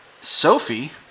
Sophie